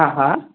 हा हा